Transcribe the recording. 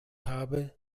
habe